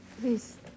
Please